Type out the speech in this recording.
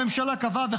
הממשלה קבעה,